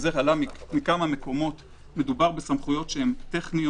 מדובר בסמכויות טכניות.